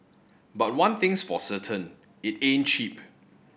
but one thing's for certain it ain't cheap